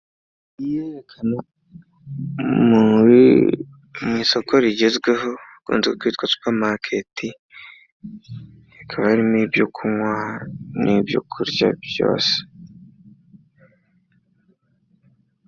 Mu isoko rigezweho hakunze kwitwa supermarket hakaba harimo ibyo kunywa n'ibyo kurya byose.